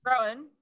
Rowan